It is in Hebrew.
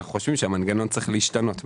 אנחנו חושבים שהמנגנון צריך להשתנות בהמשך.